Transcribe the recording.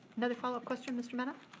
another follow-up question, mr. mena?